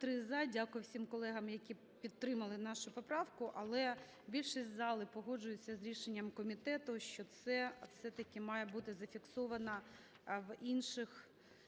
Дякую всім колегам, які підтримали нашу поправку. Але більшість зали погоджується з рішенням комітету, що це все-таки має бути зафіксовано в інших новелах